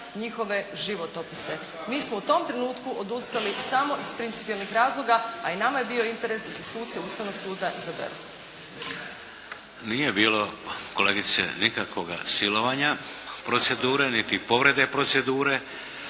njihove životopise. Mi smo u tom trenutku odustali samo iz principijelnih razloga a i nama je bio interes da se suci Ustavnog suda izaberu. **Šeks, Vladimir (HDZ)** Nije bilo kolegice nikakvog silovanja procedure niti povrede procedure.